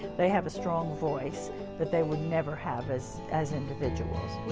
they have a strong voice that they would never have as as individuals.